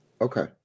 Okay